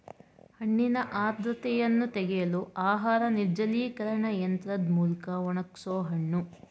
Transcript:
ಹಣ್ಣಿನ ಆರ್ದ್ರತೆಯನ್ನು ತೆಗೆಯಲು ಆಹಾರ ನಿರ್ಜಲೀಕರಣ ಯಂತ್ರದ್ ಮೂಲ್ಕ ಒಣಗ್ಸೋಹಣ್ಣು